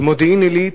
במודיעין-עילית,